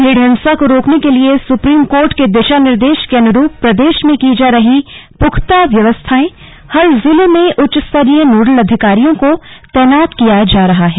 भीड़ हिंसा को रोकने के लिए सुप्रीम कोर्ट के दिशा निर्देश के अनुरूप प्रदेश में की जा रही पुख्ता व्यवस्थाएंहर जिले में उच्चस्तरीय नोडल अधिकारियों को तैनात किया जा रहा है